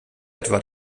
etwa